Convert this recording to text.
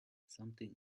something